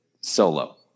solo